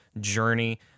journey